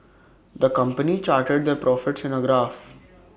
the company charted their profits in A graph